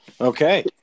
Okay